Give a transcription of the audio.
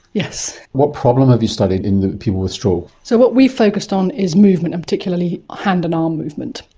yes. what problem have you studied in people with stroke? so what we focused on is movement, and particularly hand and arm movement.